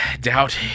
doubt